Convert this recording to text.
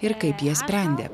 ir kaip jie sprendė